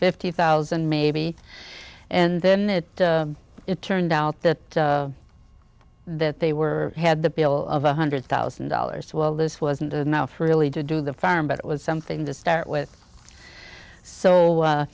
fifty thousand maybe and then that it turned out that that they were had the bill of one hundred thousand dollars well this wasn't enough really to do the farm but it was something to start with so